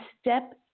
step